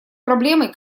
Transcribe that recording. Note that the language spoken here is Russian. проблемой